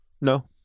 No